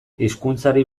hizkuntzari